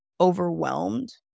overwhelmed